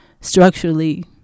structurally